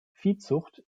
viehzucht